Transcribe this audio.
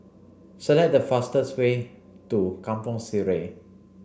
select the fastest way to Kampong Sireh